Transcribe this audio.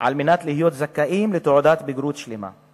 על מנת להיות זכאים לתעודת בגרות שלמה.